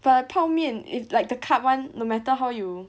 but 泡面 if like the cup one no matter how you